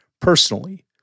personally